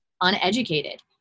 uneducated